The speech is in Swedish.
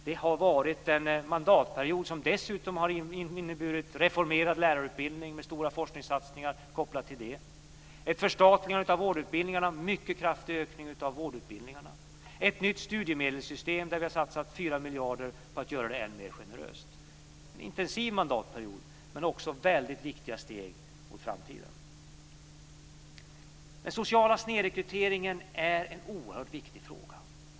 Det har varit en mandatperiod som dessutom har inneburit en reformerad lärarutbildning med stora forskningssatsningar kopplade till den. Vårdutbildningarna förstatligas och får en mycket kraftig anslagsökning. Vi har satsat 4 miljarder på att göra det nya studiemedelssystemet än mer generöst. Det har varit en intensiv mandatperiod, men det är väldigt viktiga steg som tagits mot framtiden. Den sociala snedrekryteringen är en oerhört viktig fråga.